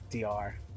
DR